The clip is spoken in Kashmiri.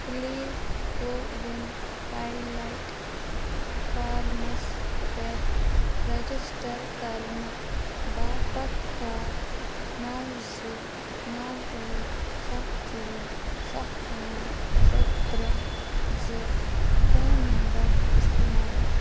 پُلیٖز کَووِن پالایٹ فارمَس پٮ۪ٹھ رجسٹر کَرنہٕ باپتھ کَر نَو زٕ نَو ٲٹھ سَتھ ژور سَتھ پانٛژھ شےٚ ترٛےٚ زٕ فون نمبر اِستعمال